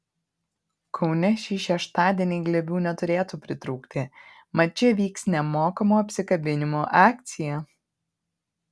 kaune šį šeštadienį glėbių neturėtų pritrūkti mat čia vyks nemokamų apsikabinimų akcija